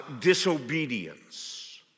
disobedience